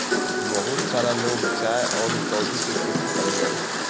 बहुत सारा लोग चाय अउरी कॉफ़ी के खेती करेला